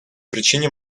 причине